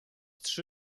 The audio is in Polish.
trzy